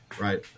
right